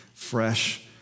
Fresh